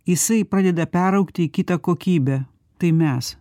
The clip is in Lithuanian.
jisai pradeda peraugti į kitą kokybę tai mes